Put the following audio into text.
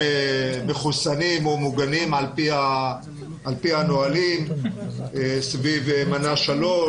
מחוסנים או מוגנים על פי הנהלים סביב מנה שלוש,